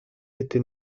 été